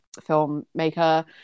filmmaker